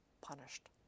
punished